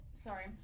Sorry